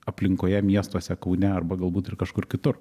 aplinkoje miestuose kaune arba galbūt ir kažkur kitur